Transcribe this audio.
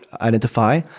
identify